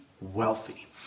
wealthy